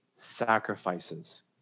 sacrifices